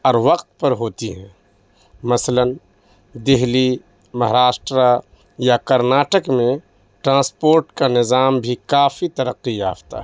اور وقت پر ہوتی ہیں مثلاً دلی مہاراشٹرا یا کرناٹک میں ٹرانسپورٹ کا نظام بھی کافی ترقی یافتہ ہے